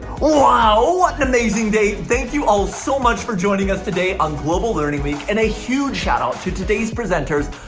wow, what an amazing day. thank you all so much for joining us today on global learning week, and a huge shout-out to today's presenters.